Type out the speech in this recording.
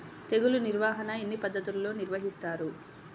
తెగులు నిర్వాహణ ఎన్ని పద్ధతులలో నిర్వహిస్తారు?